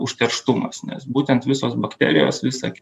užterštumas nes būtent visos bakterijos visa